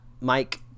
mike